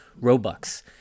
robux